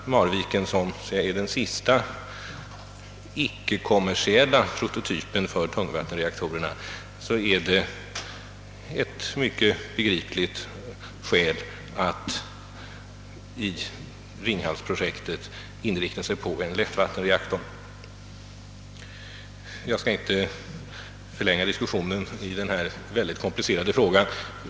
Marviken är den sista icke-kommersiella prototypen för tungvattenreaktorerna, och innan man har fått fram erfarenheterna från den är det mycket begripligt att man i Ringhallsprojektet inriktar sig på en lättvattenreaktor. Jag skall inte förlänga diskussionen i denna ytterst komplicerade fråga.